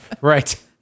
right